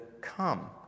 come